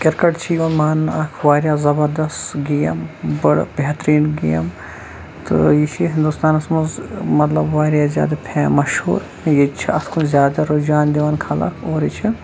cricket چھِ یِوان ماننہٕ اَکھ واریاہ زَبردست گیم بَڑٕ بیہتٕریٖن گیم تہٕ یہٕ چھِ ہِنٛدوستانَس منٛز مَطلب واریاہ زیادٕ فیم مَشہوٗر ییٚتہِ چھِ اَتھ کُن زیادٕ رُجان دِوان خلق اور یہِ چھِ